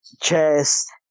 chest